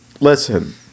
Listen